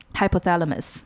hypothalamus，